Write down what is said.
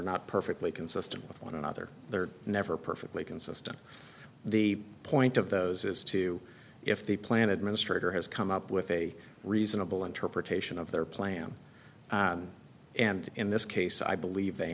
not perfectly consistent with one another they're never perfectly consistent the point of those is to if the plan administrator has come up with a reasonable interpretation of their plan and in this case i believe they